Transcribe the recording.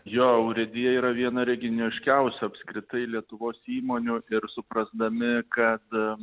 jo urėdija yra viena regioniškiausia apskritai lietuvos įmonių ir suprasdami kad